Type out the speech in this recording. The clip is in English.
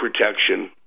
protection